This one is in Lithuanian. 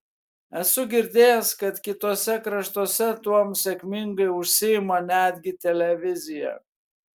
esu girdėjęs kad kituose kraštuose tuom sėkmingai užsiima netgi televizija